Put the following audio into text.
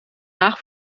haag